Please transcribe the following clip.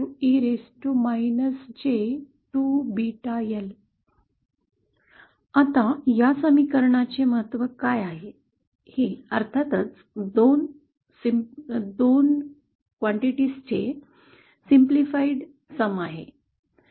आता या समीकरणाचे महत्त्व काय आहे ही अर्थातच दोन मात्रेच सोप प्रमाण आहे